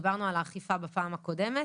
דיברנו על האכיפה בפעם הקודמת